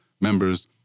members